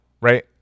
right